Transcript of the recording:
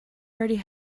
already